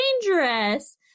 dangerous